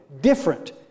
different